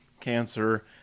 cancer